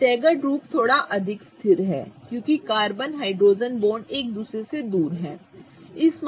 staggered रूप थोड़ा अधिक स्थिर है क्योंकि कार्बन हाइड्रोजन बॉन्ड एक दूसरे से दूर हैं ठीक है